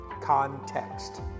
context